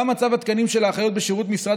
גם מצב התקנים של האחיות בשירות משרד